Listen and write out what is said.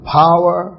power